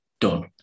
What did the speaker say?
Done